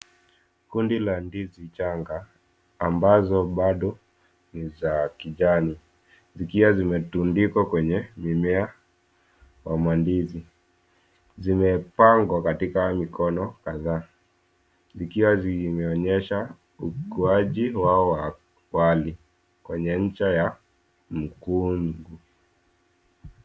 Kundi la ndizi changa ambazo bado ni za kijani zikiwa zimetundikwa kwenye mimea ya ndizi, vimepangwa katika mikono kadhaa zikiwa zimeonyesha ukuaji wao wa awali kwenye ncha ya mkuni.